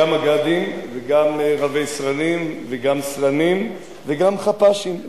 גם מג"דים וגם רבי-סרנים וגם סרנים וגם חפ"שים,